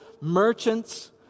merchants